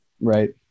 Right